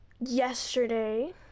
yesterday